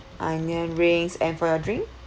onion rings and for your drink